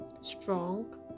strong